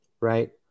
right